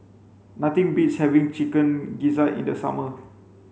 nothing beats having chicken gizzard in the summer